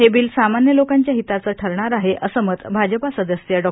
हे बिल सामान्य लोकांच्या हिताचं ठरणार आहे असं मत भाजपा सदस्य डॉ